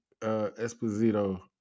Esposito